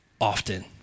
often